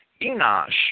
Enosh